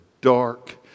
dark